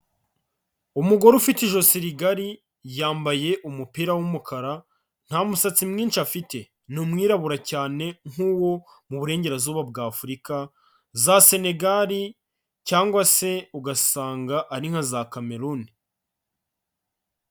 Umugore ufite ijosi rigari, yambaye umupira w'umukara, ntamusatsi mwinshi afite. Ni umwirabura cyane nk'uwo mu burengerazuba bwa Afurika, za Snegal cyangwa se ugasanga ari nka za Cameron.